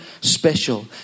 special